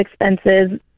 expenses